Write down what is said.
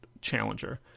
challenger